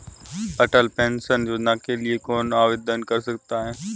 अटल pension योजना के लिए कौन आवेदन कर सकता है?